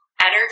energy